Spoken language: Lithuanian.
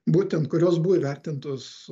būtent kurios buvo įvertintos